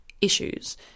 issues